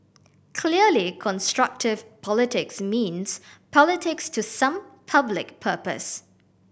clearly constructive politics means politics to some public purpose